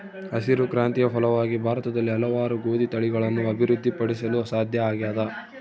ಹಸಿರು ಕ್ರಾಂತಿಯ ಫಲವಾಗಿ ಭಾರತದಲ್ಲಿ ಹಲವಾರು ಗೋದಿ ತಳಿಗಳನ್ನು ಅಭಿವೃದ್ಧಿ ಪಡಿಸಲು ಸಾಧ್ಯ ಆಗ್ಯದ